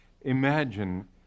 imagine